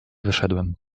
wyszedłem